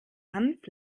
hanf